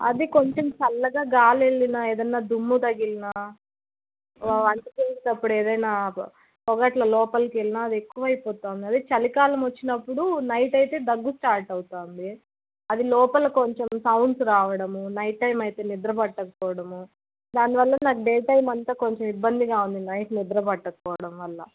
అది కొంచెం చల్లగా గాలి వెళ్ళినా ఏదన్న దుమ్ము తగిలిన వా వంట చేసేటప్పుడు ఏదైనా పొగ అట్లా లోపలికి వెళ్ళిన అది ఎక్కువ అయిపోతు ఉంది అదే చలికాలం వచ్చినప్పుడు నైట్ అయితే దగ్గు స్టార్ట్ అవుతుంది అది లోపల కొంచెం సౌండ్స్ రావడం నైట్ టైం అయితే నిద్ర పట్టకపోవడం దానివల్ల నాకు డే టైం అంతా కొంచెం ఇబ్బందిగా ఉంది నైట్ నిద్ర పట్టకపోవడం వల్ల